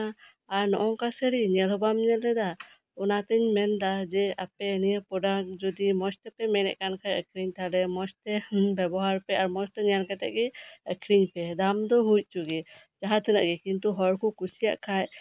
ᱟᱨ ᱱᱚᱝᱠᱟ ᱥᱟᱹᱲᱤ ᱧᱮᱞ ᱦᱚᱸ ᱵᱟᱢ ᱧᱮᱞ ᱞᱮᱫᱟ ᱚᱱᱟᱛᱤᱧ ᱢᱮᱱᱫᱟ ᱟᱯᱮ ᱱᱤᱭᱟᱹ ᱯᱨᱳᱰᱟᱠᱴ ᱡᱩᱫᱤ ᱢᱚᱸᱡᱽ ᱛᱮᱯᱮ ᱢᱮᱱᱮᱛ ᱠᱟᱱ ᱠᱷᱟᱱ ᱟᱹᱠᱷᱨᱤᱧ ᱛᱟᱞᱦᱮ ᱢᱚᱸᱡᱽ ᱛᱮ ᱵᱮᱵᱚᱦᱟᱨ ᱯᱮ ᱟᱨ ᱢᱚᱸᱡᱽ ᱛᱮ ᱧᱮᱞ ᱠᱟᱛᱮ ᱜᱮ ᱟᱹᱠᱷᱨᱤᱧ ᱯᱮ ᱫᱟᱢ ᱫᱚ ᱦᱩᱭ ᱦᱚᱪᱚᱜ ᱜᱮ ᱡᱟᱦᱟᱸᱛᱤᱱᱟᱹᱜ ᱜᱮ ᱠᱤᱱᱛᱩ ᱦᱚᱲ ᱠᱚ ᱠᱩᱥᱤᱭᱟᱜ ᱠᱷᱟᱱ